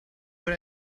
what